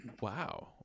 Wow